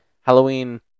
Halloween